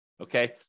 okay